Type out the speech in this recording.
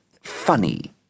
funny